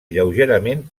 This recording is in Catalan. lleugerament